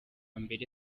mbere